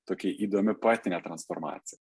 tokia įdomi poetinė transformacija